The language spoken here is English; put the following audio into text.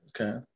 Okay